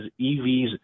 EVs